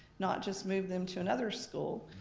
not just move them to another school.